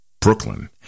Brooklyn